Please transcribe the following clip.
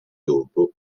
dopo